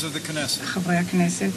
חברי הכנסת,